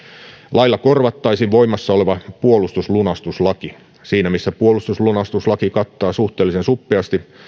lailla korvattaisiin voimassa oleva puolustuslunastuslaki siinä missä puolustuslunastuslaki kattaa suhteellisen suppeasti